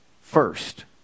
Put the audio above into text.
First